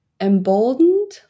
emboldened